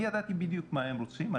אני ידעתי בדיוק מה הם רוצים.